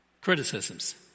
criticisms